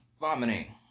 vomiting